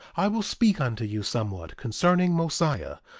i will speak unto you somewhat concerning mosiah,